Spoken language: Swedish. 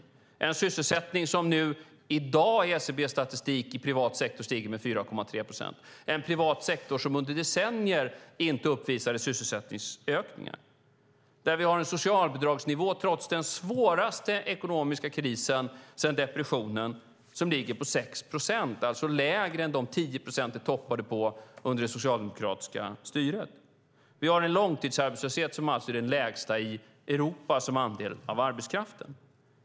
I dag stiger sysselsättningen enligt SCB:s statistik för privat sektor med 4,3 procent, och den privata sektorn har inte uppvisat sysselsättningsökningar under decennier. Trots den svåraste ekonomiska krisen sedan depressionen har vi en socialbidragsnivå som ligger på 6 procent. Det är lägre än de 10 procent vi toppade på under det socialdemokratiska styret. Vi har en långtidsarbetslöshet som är den lägsta i Europa som andel av arbetskraften.